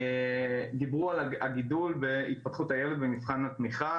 דיברו על הגידול בהתפתחות הילד במבחן התמיכה,